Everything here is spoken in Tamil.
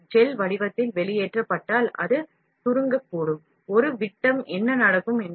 பொருள் ஜெல் வடிவத்தில் வெளியேற்றப்பட்டால் அது சுருங்கக்கூடும் பிறகு என்ன நடக்கும்